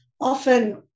often